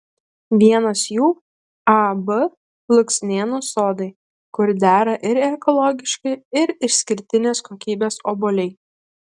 vienas jų ab luksnėnų sodai kur dera ir ekologiški ir išskirtinės kokybės obuoliai